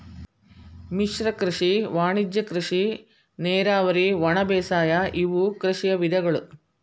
ಮಿಶ್ರ ಕೃಷಿ ವಾಣಿಜ್ಯ ಕೃಷಿ ನೇರಾವರಿ ಒಣಬೇಸಾಯ ಇವು ಕೃಷಿಯ ವಿಧಗಳು